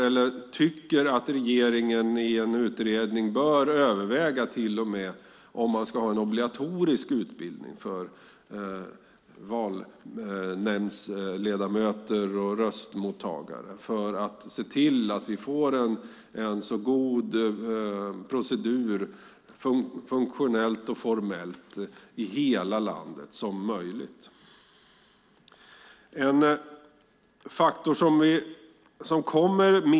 Vi tycker att regeringen i en utredning bör överväga om man ska ha en obligatorisk utbildning för valnämndsledamöter och röstmottagare för att se till att vi får en så god procedur som möjligt, funktionellt och formellt, i hela landet.